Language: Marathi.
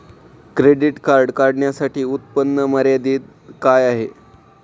क्रेडिट कार्ड काढण्यासाठी उत्पन्न मर्यादा काय आहे?